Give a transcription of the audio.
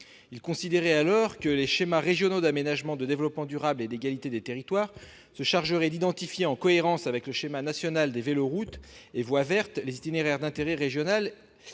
Il estimait alors que les schémas régionaux d'aménagement, de développement durable et d'égalité des territoires se chargeraient d'identifier en cohérence avec le schéma national des véloroutes et voies vertes les itinéraires d'intérêt régional à